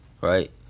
right